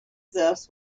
this